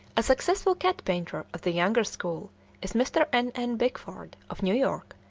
a successful cat painter of the younger school is mr. n n. bickford, of new york,